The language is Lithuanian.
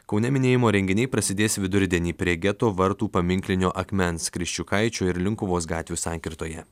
kaune minėjimo renginiai prasidės vidurdienį prie geto vartų paminklinio akmens kriščiukaičio ir linkuvos gatvių sankirtoje